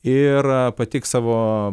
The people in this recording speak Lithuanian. ir pateiks savo